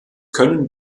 können